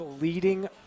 leading